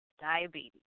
diabetes